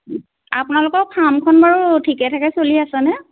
আপোনালোকৰ ফাৰ্মখন বাৰু ঠিকে থাকে চলি আছেনে